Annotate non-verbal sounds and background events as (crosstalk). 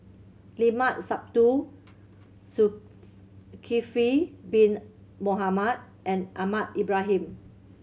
Llimat Sabtu Zul (unintelligible) kifli Bin Mohamed and Ahmad Ibrahim